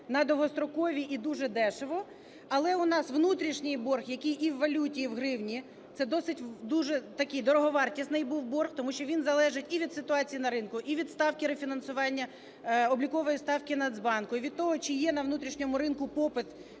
на довгостроково і дуже дешево. Але у нас внутрішній борг, який і в валюті, і в гривні, це досить дуже такі дороговартісний борг, тому що він залежить і від ситуації на ринку, і від ставки рефінансування, облікової ставки Нацбанку, і від того, чи є на внутрішньому ринку попит,